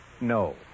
No